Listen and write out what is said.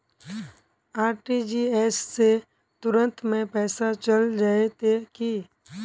RTGS से तुरंत में पैसा चल जयते की?